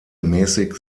mäßig